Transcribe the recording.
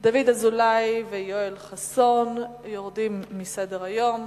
דוד אזולאי ויואל חסון, יורד מסדר-היום.